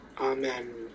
Amen